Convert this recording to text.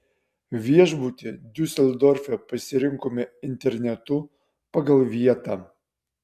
viešbutį diuseldorfe pasirinkome internetu pagal vietą